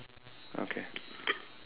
okay